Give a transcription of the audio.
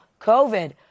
COVID